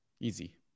easy